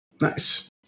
Nice